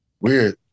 Weird